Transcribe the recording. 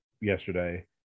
yesterday